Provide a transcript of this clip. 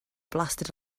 blasted